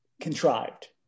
contrived